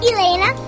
Elena